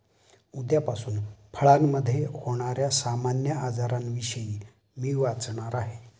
उद्यापासून फळामधे होण्याऱ्या सामान्य आजारांविषयी मी वाचणार आहे